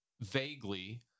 vaguely